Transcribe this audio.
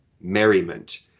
merriment